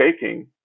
taking